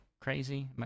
crazy